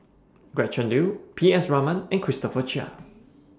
Gretchen Liu P S Raman and Christopher Chia